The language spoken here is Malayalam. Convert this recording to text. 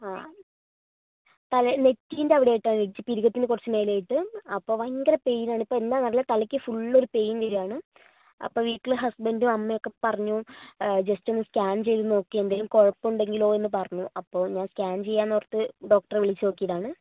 ആ തലയിൽ നെറ്റീൻ്റെ അവിടെയായിട്ടാണ് ഇടിച്ചത് പുരികത്തിന് കുറച്ചു മേലെയായിട്ട് അപ്പോൾ ഭയങ്കര പെയിനാണ് ഇപ്പോൾ എന്താണെന്നറിയില്ല തലയ്ക്ക് ഫുള്ളൊരു പെയിൻ വരികയാണ് അപ്പോൾ വീട്ടിൽ ഹസ്ബൻഡും അമ്മയും ഒക്കെ പറഞ്ഞു ജസ്റ്റ് ഒന്നു സ്കാൻ ചെയ്തുനോക്കി എന്തെങ്കിലും കുഴപ്പമുണ്ടെങ്കിലോ എന്നു പറഞ്ഞു അപ്പോൾ ഞാൻ സ്കാൻ ചെയ്യാമെന്നോർത്തു ഡോക്ടറെ വിളിച്ചു നോക്കിയതാണ്